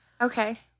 Okay